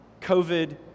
COVID